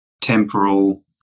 temporal